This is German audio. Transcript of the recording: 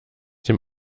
dem